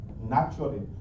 naturally